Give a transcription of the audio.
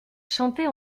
chantait